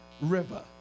river